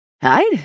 Hide